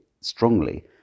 strongly